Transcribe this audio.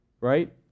right